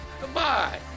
Goodbye